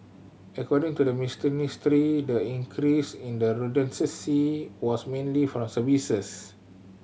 according to the the increase in the redundancy was mainly from services